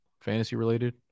Fantasy-related